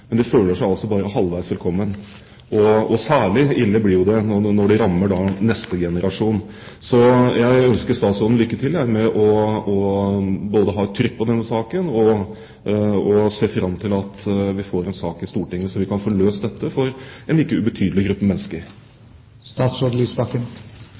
men de føler seg altså bare halvveis velkommen. Særlig ille blir det jo når det rammer neste generasjon. Så jeg ønsker statsråden lykke til med å ha et trykk på denne saken og ser fram til at vi får en sak i Stortinget, så vi kan få løst dette for en ikke ubetydelig gruppe